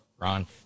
Ron